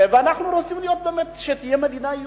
ואנחנו רוצים באמת שתהיה מדינה יהודית,